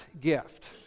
gift